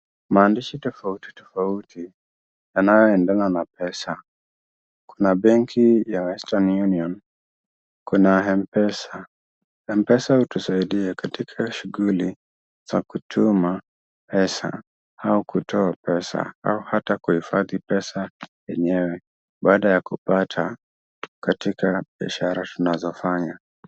Maandishi tofauti tofauti yanayoendana na pesa, kuna benki ya Western Union, kuna Mpesa. Mpesa hutusaidia katika shughuli za kutuma pesa, au kutoa pesa, au hata kuhifadhi pesa yenyewe, baada ya kupata katika biashara tunazofanya.